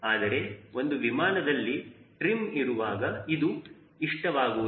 ಆದರೆ ಒಂದು ವಿಮಾನದಲ್ಲಿ ಟ್ರಿಮ್ ಇರುವಾಗ ಇದು ಇಷ್ಟವಾಗುವುದಿಲ್ಲ